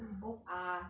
we both are